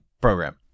program